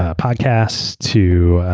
ah podcasts, to